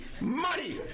money